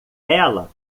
ela